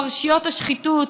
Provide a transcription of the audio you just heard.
פרשיות השחיתות,